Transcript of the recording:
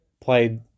played